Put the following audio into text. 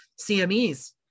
CMEs